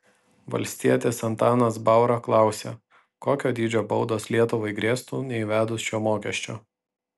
valstietis antanas baura klausė kokio dydžio baudos lietuvai grėstų neįvedus šio mokesčio